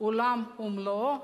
עולם ומלואו"